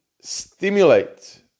stimulate